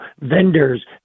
vendors